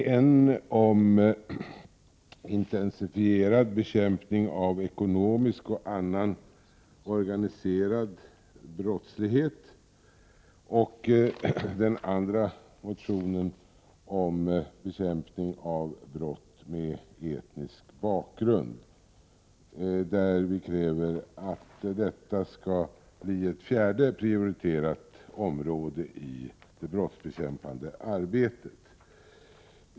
Den ena handlar om intensifierad bekämpning av ekonomisk och annan organiserad brottslighet, och den andra handlar om bekämpning av brott med etnisk bakgrund. I den sistnämnda motionen kräver vi att bekämpning av denna brottslighet skall bli ett fjärde prioriterat område i det brottsbekämpande arbetet.